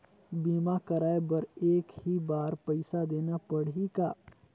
बीमा कराय बर एक ही बार पईसा देना पड़ही का?